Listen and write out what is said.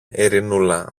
ειρηνούλα